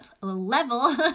level